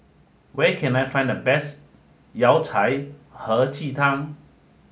where can I find the best Yao Cai Hei Ji Tang